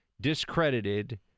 discredited